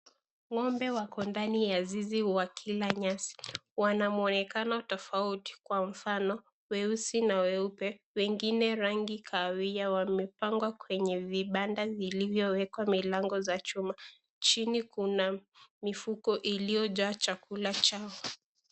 Ngombe wako ndani ya zizi wakila nyasi. Wana mwonekano tofauti kwa mfano weusi na weupe, wengine rangi ya kahawia. Wamepangwa kwenye vibanda vilivyowekwa milango za chuma. Chini kuna mifuko iliyojaa chakula chao.